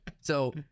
So-